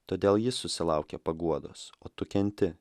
todėl jis susilaukė paguodos o tu kenti